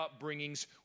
upbringings